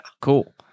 Cool